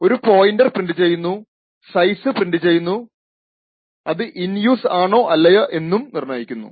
ഒരു pointer print ചെയ്യുന്നു size print ചെയ്യുന്നു അത് ഇൻ യൂസ് ആണോ അല്ലയോ എന്നും നിർണയിക്കുന്നു